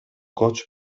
coach